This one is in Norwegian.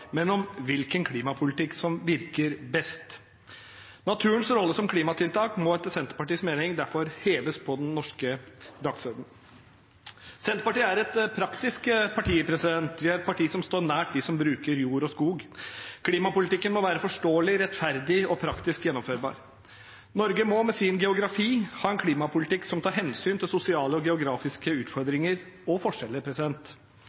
men hvilken klimapolitikk som virker best. Naturens rolle som klimatiltak må etter Senterpartiets mening derfor settes høyere på den norske dagsordenen. Senterpartiet er et praktisk parti. Vi er et parti som står nær dem som bruker jord og skog. Klimapolitikken må være forståelig, rettferdig og praktisk gjennomførbar. Norge må med sin geografi ha en klimapolitikk som tar hensyn til sosiale og geografiske